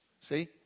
See